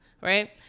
Right